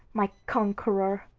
my conqueror.